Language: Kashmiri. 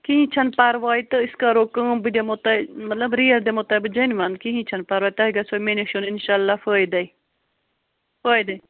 کِہیٖنۍ چھَنہٕ پَرواے تہٕ أسۍ کَرو کٲم بہٕ دِمہو تۄہہِ مطلب ریٹ دِمہو تۄہہِ بہٕ جینِوَن کِہیٖنۍ چھَنہٕ پَرواے تۄہہِ گژھوٕ مےٚ نِش یُن اِنشااللہ فٲیدَے فٲیدٕ